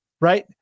right